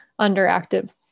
underactive